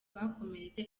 bakomeretse